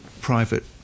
private